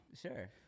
Sure